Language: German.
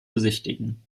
besichtigen